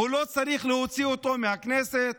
לא צריך להוציא אותו מהכנסת?